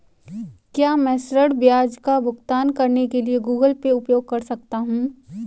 क्या मैं ऋण ब्याज का भुगतान करने के लिए गूगल पे उपयोग कर सकता हूं?